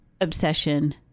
obsession